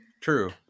True